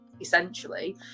essentially